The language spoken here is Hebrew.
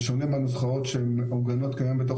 זה שונה מהנוסחאות שמעוגנות כיום בתוך